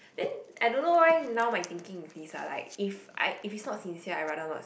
then I don't know why now my thinking is this lah like if I if is not sincere I rather not